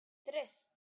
tres